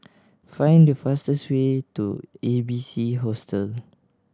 find the fastest way to A B C Hostel